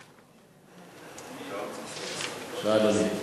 בבקשה, אדוני.